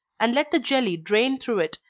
and let the jelly drain through it,